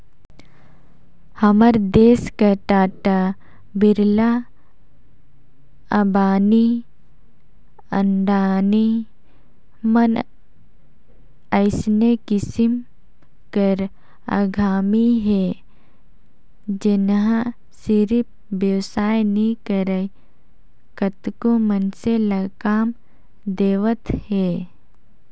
हमर देस कर टाटा, बिरला, अंबानी, अडानी मन अइसने किसिम कर उद्यमी हे जेनहा सिरिफ बेवसाय नी करय कतको मइनसे ल काम देवत हे